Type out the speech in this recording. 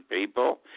people